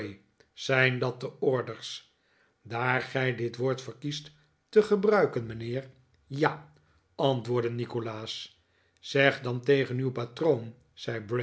zijn dat de orders daar gij dit woord verkiest te gebruiken mijnheer ja antwoordde nikolaas zeg dan tegen uw patroon